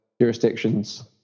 jurisdictions